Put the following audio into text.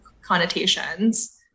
connotations